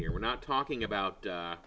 here we're not talking about